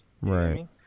Right